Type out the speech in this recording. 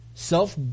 Self